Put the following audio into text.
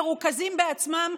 מרוכזים בעצמם,